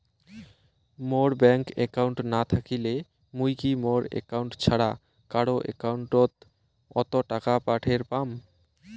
মোর bank account না থাকিলে মুই কি মোর একাউন্ট ছাড়া কারো একাউন্ট অত টাকা পাঠের পাম?